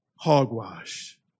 Hogwash